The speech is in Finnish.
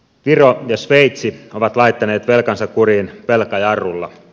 viro ja sveitsi ovat laittaneet velkansa kuriin velkajarrulla